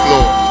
Lord